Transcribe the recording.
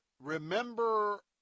Remember